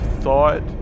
thought